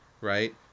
right